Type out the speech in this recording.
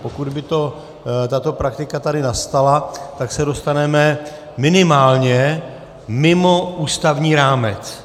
Pokud by tato praktika tady nastala, tak se dostaneme minimálně mimo ústavní rámec.